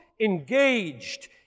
engaged